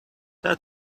does